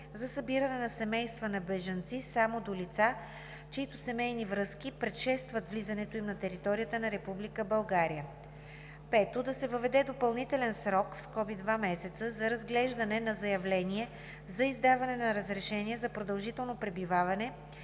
за събиране на семейства на бежанци само до лица, чиито семейни връзки предшестват влизането им на територията на Република България. 5. Да се въведе допълнителен срок (2 месеца) за разглеждане на заявление за издаване на разрешение за продължително пребиваване